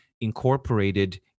incorporated